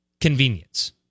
Convenience